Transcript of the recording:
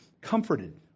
comforted